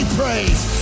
praise